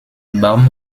baum